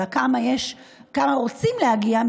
אלא לכמה רוצים להגיע,